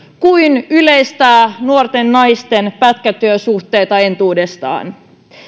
kuin yleistää nuorten naisten pätkätyösuhteita entuudestaan